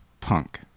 punk